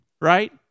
right